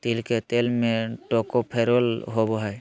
तिल के तेल में टोकोफेरोल होबा हइ